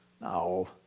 No